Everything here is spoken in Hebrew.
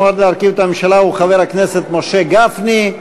המועמד להרכיב את הממשלה הוא חבר הכנסת משה גפני.